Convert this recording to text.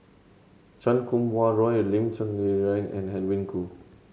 Chan Kum Wah Roy Lim Cherng Yih and Edwin Koo